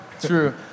True